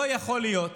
לא יכול להיות